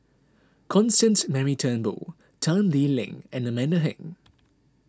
Constance Mary Turnbull Tan Lee Leng and Amanda Heng